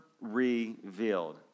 revealed